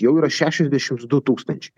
jau yra šešiasdešims du tūkstančiai